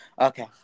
Okay